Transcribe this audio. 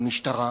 למשטרה,